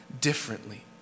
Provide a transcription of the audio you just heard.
differently